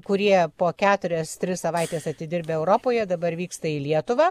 kurie po keturias tris savaites atidirbę europoje dabar vyksta į lietuvą